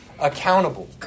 accountable